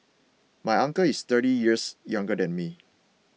my uncle is thirty years younger than me